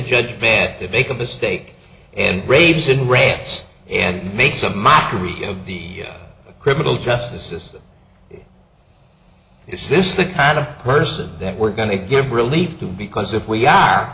judge banned to make a mistake and raves in raids and makes a mockery of the criminal justice system is this the kind of person that we're going to give relief to because if we are